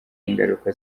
ingaruka